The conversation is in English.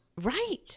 right